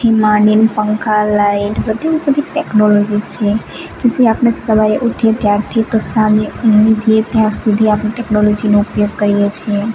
થી માંડીન પંખા લાઇટ બધીને બધી ટેક્નોલોજી જ છે કે જે આપણે સવારે ઊઠીએ ત્યારથી તો સાંજે ઊંઘી જઈએ ત્યાં સુધી આપણે ટેક્નોલોજીનો ઉપયોગ કરીએ છીએ